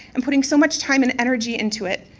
and putting so much time and energy into it,